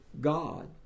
God